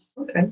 Okay